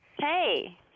Hey